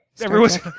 everyone's